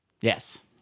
Yes